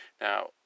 Now